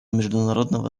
международного